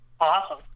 Awesome